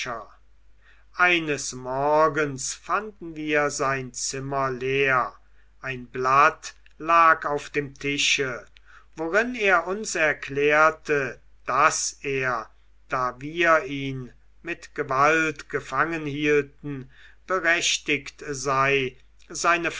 eines morgens fanden wir sein zimmer leer ein blatt lag auf dem tische worin er uns erklärte daß er da wir ihn mit gewalt gefangenhielten berechtigt sei seine